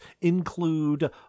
include